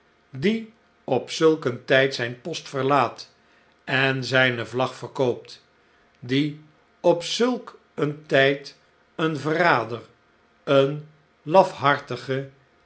die op zulk een tn'd zijn post verlaat en zijne vlag verkoopt die op zulk een tijd een verrader een lafhartige